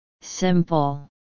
Simple